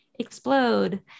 explode